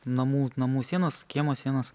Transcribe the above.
namų namų sienos kiemo sienos